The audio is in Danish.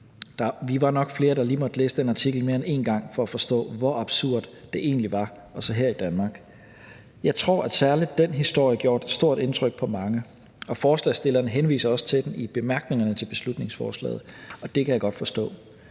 Vi var nok flere, der lige måtte læse den artikel mere end en gang for at forstå, hvor absurd det egentlig var – og så her i Danmark. Jeg tror, at særlig den historie gjorde et stort indtryk på mange, og forslagsstillerne henviser også til den i bemærkningerne til beslutningsforslaget, og det kan jeg godt forstå.